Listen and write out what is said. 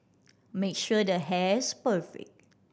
make sure the hair's perfect